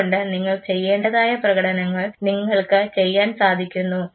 അതുകൊണ്ട് നിങ്ങൾ ചെയ്യേണ്ടതായ പ്രകടനങ്ങൾ നിങ്ങൾക്ക് ചെയ്യാൻ സാധിക്കുന്നു